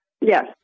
Yes